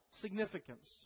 significance